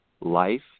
life